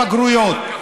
בגרויות.